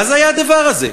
מה זה היה, הדבר הזה?